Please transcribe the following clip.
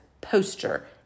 poster